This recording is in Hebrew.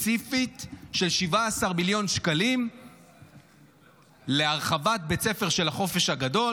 ספציפית של 17 מיליון שקלים להרחבת בית הספר של החופש הגדול.